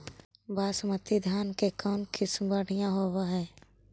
बासमती धान के कौन किसम बँढ़िया होब है?